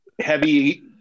heavy